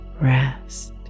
rest